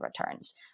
returns